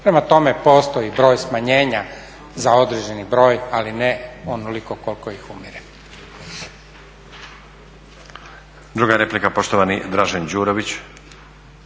Prema tome, postoji broj smanjenja za određeni broj ali ne onoliko koliko ih umire.